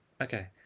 Okay